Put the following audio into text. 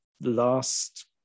last